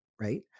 right